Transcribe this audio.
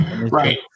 Right